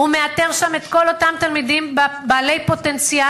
הוא מאתר שם את כל אותם תלמידים בעלי פוטנציאל